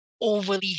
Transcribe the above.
overly